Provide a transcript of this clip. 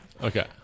Okay